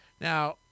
Now